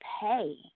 pay